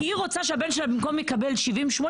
כי היא רוצה שהבן שלה במקום לקבל 70-80